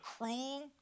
cruel